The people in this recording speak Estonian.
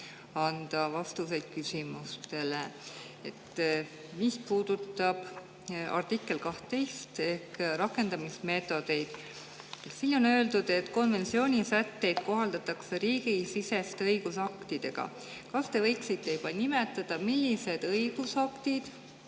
anda vastuseid küsimustele, mis puudutavad artiklit 12 ehk rakendamismeetodeid. Siin on öeldud, et konventsiooni sätteid kohaldatakse riigisiseste õigusaktidega. Kas te võiksite nimetada, millised õigusaktid